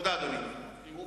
אדוני, תודה.